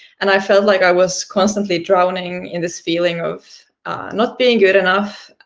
and i felt like i was constantly drowning in this feeling of not being good enough,